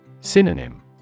Synonym